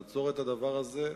לעצור את הדבר הזה,